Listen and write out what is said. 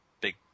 big